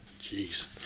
Jeez